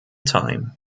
time